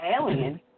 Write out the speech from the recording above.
alien